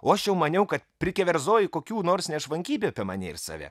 o aš jau maniau kad prikeverzojai kokių nors nešvankybių apie mane ir save